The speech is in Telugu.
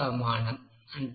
అంటే 1049